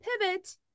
pivot